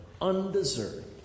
undeserved